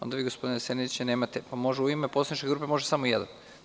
Onda vi, gospodine Seniću, ne možete, jer u ime poslaničke grupe može samo jedan.